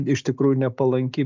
iš tikrųjų nepalanki